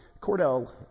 Cordell